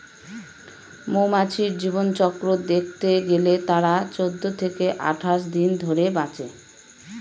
মৌমাছির জীবনচক্র দেখতে গেলে তারা চৌদ্দ থেকে আঠাশ দিন ধরে বাঁচে